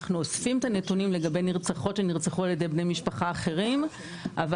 אנחנו אוספים את הנתונים לגבי נרצחות שנרצחו על ידי בני משפחה אחרים אבל